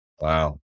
Wow